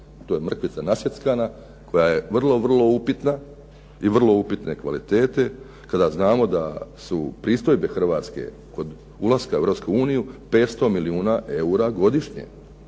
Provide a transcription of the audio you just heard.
to je mrkvica nasjeckana koja je vrlo upitna i vrlo upitne kvalitete kada znamo da su pristojbe Hrvatske kod ulaska u Europsku uniju 500 milijuna eura godišnje.